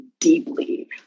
deeply